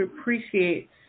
appreciates